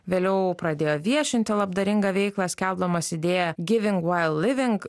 vėliau pradėjo viešinti labdaringą veiklą skelbdamas idėją giving while living